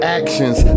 actions